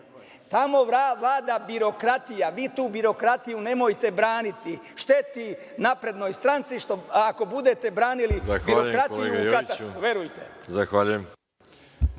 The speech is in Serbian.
Tamo vlada birokratija, vi tu birokratiju nemojte braniti. Šteti, Naprednoj stranci. Ako budete branili birokratiju u